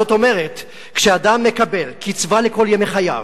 זאת אומרת, כשאדם מקבל קצבה לכל ימי חייו,